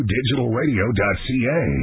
digitalradio.ca